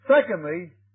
Secondly